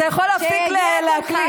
היא הרי, ביבי, אתה יכול להפסיק להקליט.